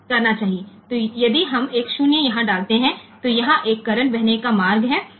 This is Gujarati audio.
તેથી જો આપણે અહીં A 0 મૂકીએ તો ત્યાં કરંટ ફલૉઈન્ગ પાથ હોય છે અને પછી આ LED ચમકશે